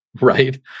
right